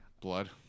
Blood